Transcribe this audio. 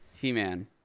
He-Man